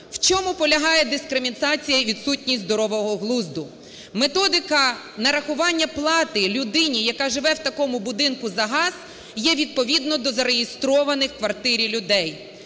У чому полягає дискримінація і відсутність здорового глузду? Методика нарахування плати людині, яка живе в такому будинку, за газ є відповідно до зареєстрованих в квартирі людей.